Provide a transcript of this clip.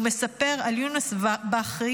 הוא מספר על יונס בחרי,